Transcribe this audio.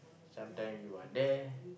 sometime you are there